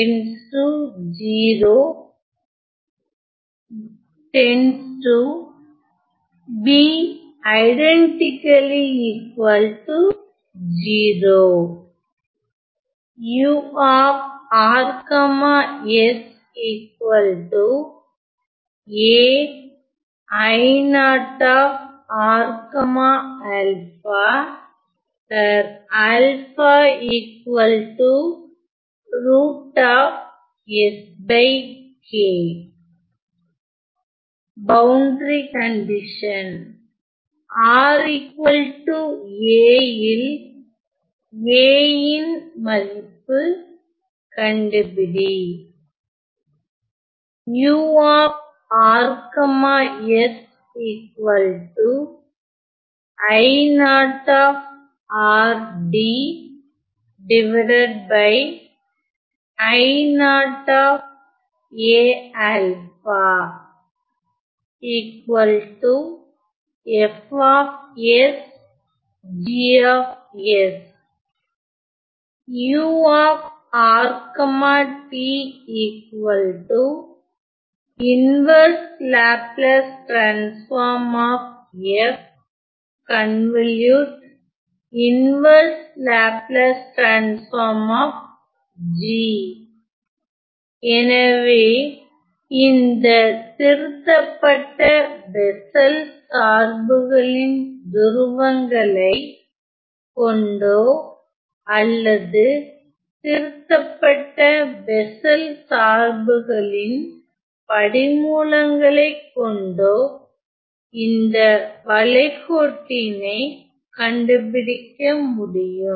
A யின் மதிப்பு கண்டுபிடி எனவே இந்த திருத்தப்பட்ட பெஸ்ஸல் சார்புகளின் துருவங்களை கொண்டோ அல்லது திருத்தப்பட்ட பெஸ்ஸல் சார்புகளின் படிமூலங்களை கொண்டோ இந்த வளைகோட்டினை கண்டுபிடிக்க முடியும்